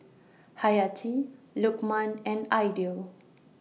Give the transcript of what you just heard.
Hayati Lukman and Aidil